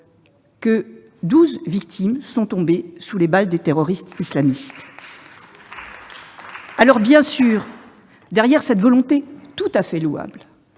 que douze victimes sont tombées sous les balles de terroristes islamistes ... Derrière cette volonté tout à fait louable